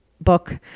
book